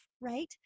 right